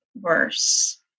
worse